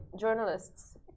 Journalists